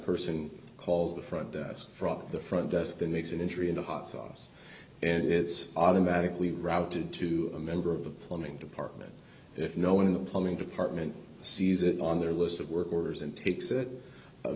person calls the front desk from the front desk that makes an entry in the hot sauce and it's automatically routed to a member of the plumbing department if no one in the plumbing department sees it on their list of work orders and takes